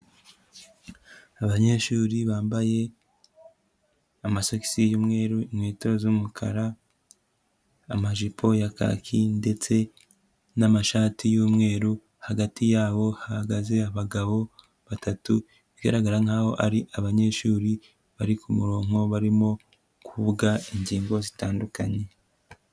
Abanyeshuri bambaye amasogisi y'umweru, inkweto z'umukara, amajipo ya kaki ndetse n'amashati y'umweru, hagati yabo hahagaze abagabo batatu bigaragara nk'aho ari abanyeshuri bari ku muronko, barimo kuvuga ingingo zitandukanye.